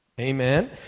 Amen